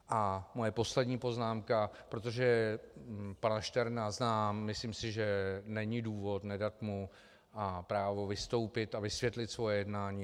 A moje poslední poznámka, protože pana Šterna znám, myslím si, že není důvod nedat mu právo vystoupit a vysvětlit svoje jednání.